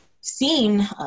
seen